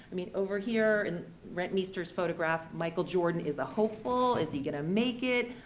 i mean over here, in rentmeester's photograph, michael jordan is a hopeful. is he gonna make it?